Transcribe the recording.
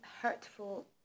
hurtful